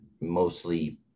mostly